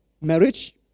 marriage